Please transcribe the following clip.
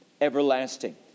everlasting